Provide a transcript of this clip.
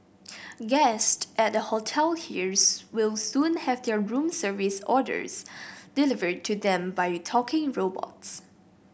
guest at a hotel here's will soon have their room service orders delivered to them by talking robots